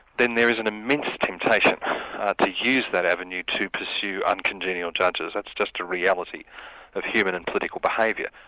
then there is an immense temptation to use that avenue to pursue uncongenial judges. that's just a reality of human and political behaviour.